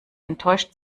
enttäuscht